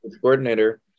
coordinator